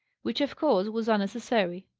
which of course was unnecessary.